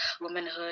womanhood